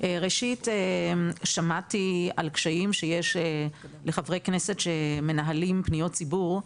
ראשית שמעתי על קשיים שיש לחברי כנסת שמנהלים פניות ציבור,